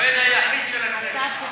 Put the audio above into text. הבן היחיד של הכנסת.